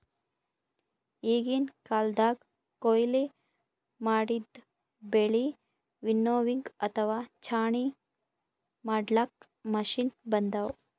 ಈಗಿನ್ ಕಾಲ್ದಗ್ ಕೊಯ್ಲಿ ಮಾಡಿದ್ದ್ ಬೆಳಿ ವಿನ್ನೋವಿಂಗ್ ಅಥವಾ ಛಾಣಿ ಮಾಡ್ಲಾಕ್ಕ್ ಮಷಿನ್ ಬಂದವ್